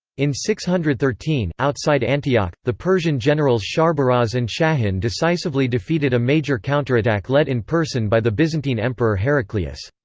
in six hundred and thirteen, outside antioch, the persian generals shahrbaraz and shahin decisively defeated a major counter-attack led in person by the byzantine emperor heraclius.